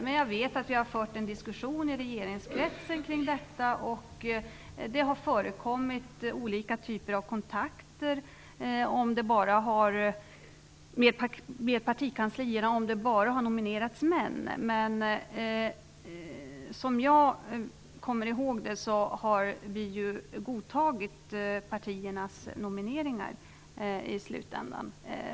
Men jag vet att vi har fört en diskussion i regeringskretsen kring detta. Det har förekommit olika typer av kontakter med partikanslierna om det bara har nominerats män. Såvitt jag kommer ihåg har vi ju godtagit partiernas nomineringar i slutändan.